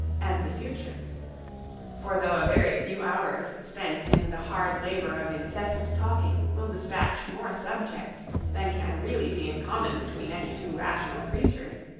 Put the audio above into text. and the future for though a very few hours spent in the hard labor of incessant talking will despatch more subjects than can really be in common between any two rational creatures,